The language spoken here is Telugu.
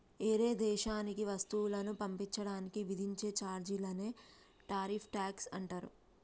ఏరే దేశానికి వస్తువులను పంపించడానికి విధించే చార్జీలనే టారిఫ్ ట్యాక్స్ అంటారు